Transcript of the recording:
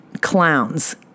clowns